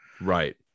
Right